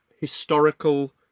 historical